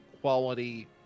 quality